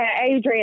Adrian